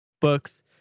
books